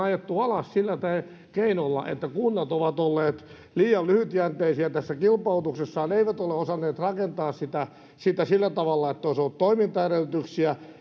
ajettu alas sillä keinolla että kunnat ovat olleet liian lyhytjänteisiä tässä kilpailutuksessaan eivät ole osanneet rakentaa sitä sillä tavalla että olisi ollut toimintaedellytyksiä